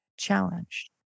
challenged